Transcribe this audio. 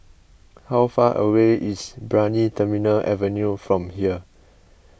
how far away is Brani Terminal Avenue from here